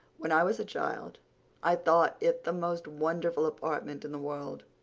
when i was a child i thought it the most wonderful apartment in the world.